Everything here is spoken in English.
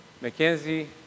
Mackenzie